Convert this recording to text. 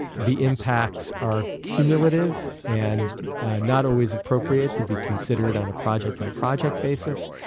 the impacts are cumulative and not always appropriate to be considered on a project by project basis,